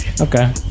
Okay